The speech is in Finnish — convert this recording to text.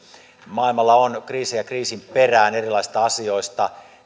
maailmalla on kriisejä kriisin perään erilaisista asioista